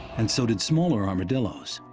and so did smaller armadillos.